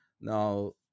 Now